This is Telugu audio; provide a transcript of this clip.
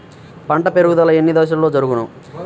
పంట పెరుగుదల ఎన్ని దశలలో జరుగును?